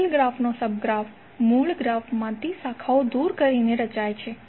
આપેલ ગ્રાફનો subgraph મૂળ ગ્રાફમાંથી શાખાઓ દૂર કરીને રચાય છે